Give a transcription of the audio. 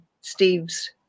Steve's